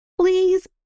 please